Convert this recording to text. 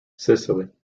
sicily